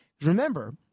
Remember